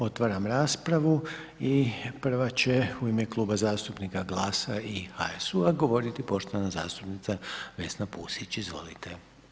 Otvaram raspravu i prva će u ime Kluba zastupnika GLAS- a i HSU-a govoriti poštovana zastupnica Vesna Pusić, izvolite.